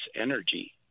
energy